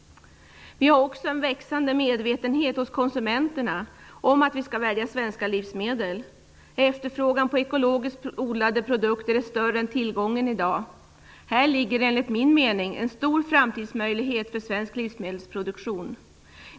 Vi har också en växande medvetenhet hos konsumenterna om att vi skall välja svenska livsmedel. Efterfrågan på ekologiskt odlade produkter är större än tillgången i dag. Här ligger enligt min mening en stor framtidsmöjlighet för svensk livsmedelsproduktion.